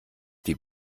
die